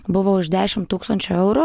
buvo už dešim tūkstančio euro